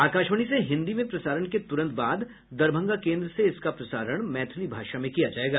आकाशवाणी से हिन्दी में प्रसारण के तुरंत बाद दरभंगा केन्द्र से इसका प्रसारण मैथिली भाषा में किया जायेगा